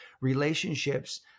relationships